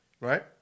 right